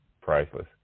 priceless